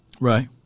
Right